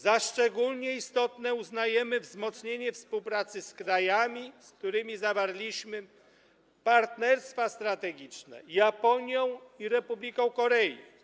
Za szczególnie istotne uznajemy wzmocnienie współpracy z krajami, z którymi zawarliśmy partnerstwa strategiczne: Japonią i Republiką Korei.